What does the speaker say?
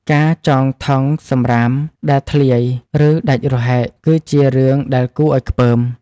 ការចងថង់សម្រាមដែលធ្លាយ ឬដាច់រហែក គឺជារឿងដែលគួរឲ្យខ្ពើម។